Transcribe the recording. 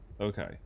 Okay